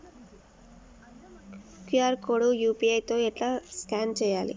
QR code ని UPI తోని ఎట్లా స్కాన్ చేయాలి?